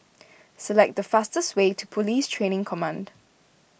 select the fastest way to Police Training Command